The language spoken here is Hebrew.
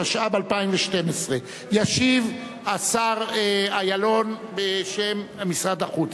התשע"ב 2012. ישיב השר אילון בשם משרד החוץ.